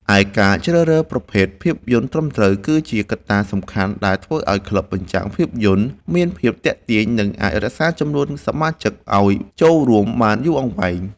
ឯការជ្រើសរើសប្រភេទភាពយន្តត្រឹមត្រូវ គឺជាកត្តាសំខាន់ដែលធ្វើឱ្យក្លឹបបញ្ចាំងភាពយន្ត មានភាពទាក់ទាញ និងអាចរក្សាចំនួនសមាជិកឱ្យចូលរួមបានយូរអង្វែង។